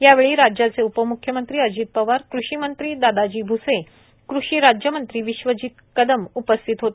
यावेळी राज्याचे उपमुख्यमंत्री अजितदादा पवार कृषिमंत्री दादाजी भुसे कृषि राज्यमंत्री विश्वजीत कदम व्हीसी दवारे उपस्थित होते